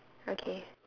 okay